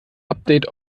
update